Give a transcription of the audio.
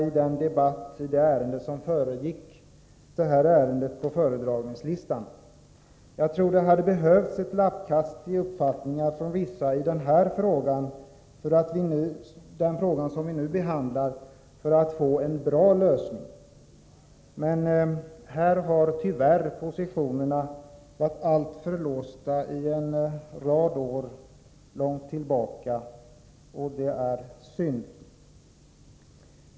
Jag tror att det hade behövts ett lappkast i uppfattningen på vissa håll när det gäller den fråga som vi nu behandlar för att det skulle kunna bli en bra lösning. Men här har tyvärr positionerna varit alltför låsta sedan en rad år tillbaka, och det är synd.